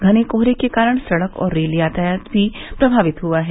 घने कोहरे के कारण सड़क और रेल यातायात भी प्रभावित हुआ है